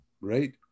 right